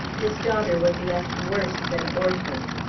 his daughter was left worse than orphaned.